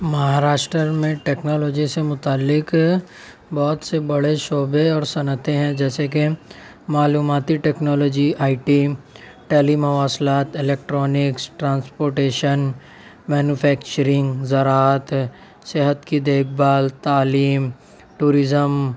مہاراشٹر میں ٹکنالوجی سے متعلق بہت سے بڑے شعبے اور صنعتیں ہیں جیسے کہ معلوماتی ٹکنالوجی آئی ٹیم ٹیلی مواصلات الیکٹرانکس ٹرانسپورٹیشن مینوفیکچرنگ زراعت صحت کی دیکھ بھال تعلیم ٹورزم